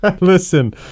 Listen